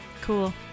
Cool